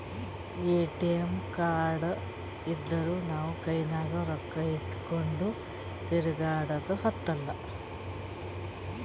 ATM card ಇದ್ದೂರ್ ನಾವು ಕೈನಾಗ್ ರೊಕ್ಕಾ ಇಟ್ಗೊಂಡ್ ತಿರ್ಗ್ಯಾಡದ್ ಹತ್ತಲಾ